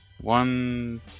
One